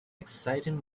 exciting